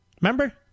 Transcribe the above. Remember